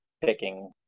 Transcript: picking